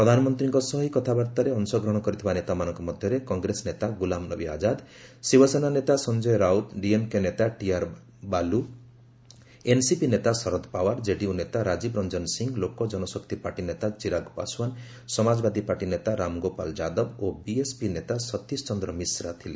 ପ୍ରଧାନମନ୍ତ୍ରୀଙ୍କ ସହ ଏହି କଥାବାର୍ତ୍ତାରେ ଅଂଶଗ୍ରହଣ କରିଥିବା ନେତାମାନଙ୍କ ମଧ୍ୟରେ କଂଗ୍ରେସ ନେତା ଗୁଲାମନବୀ ଆଜାଦ ଶିବସେନା ନେତା ସଂଜୟ ରାଉତ ଡିଏମ୍କେ ନେତା ଟିଆର୍ ବାଲ୍ ଏନ୍ସିପି ନେତା ଶରଦ ପାୱାର ଜେଡିୟୁ ନେତା ରାଜୀବ ରଞ୍ଜନ ସିଂହ ଲୋକଜନଶକ୍ତି ପାର୍ଟି ନେତା ଚିରାଗ ପାଶ୍ୱାନ ସମାଜବାଦୀ ପାର୍ଟି ନେତା ରାମଗୋପାଳ ଯାଦବ ଓ ବିଏସ୍ପି ନେତା ଶତୀଶ ଚନ୍ଦ୍ର ମିଶ୍ରା ଥିଲେ